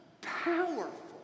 powerful